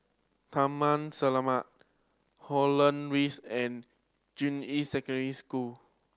Taman Selamat Holland Rise and Juying Secondary School